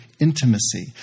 intimacy